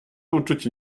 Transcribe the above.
uczucie